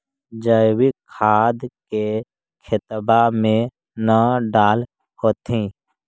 जैवीक खाद के खेतबा मे न डाल होथिं?